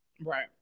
Right